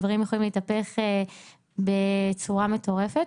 דברים יכולים להתהפך בצורה מטורפת,